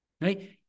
Right